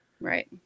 Right